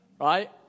right